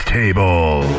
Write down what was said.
table